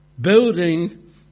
Building